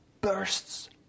bursts